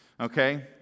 okay